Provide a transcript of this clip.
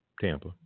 Tampa